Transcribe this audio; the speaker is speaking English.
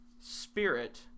Spirit